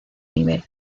nivel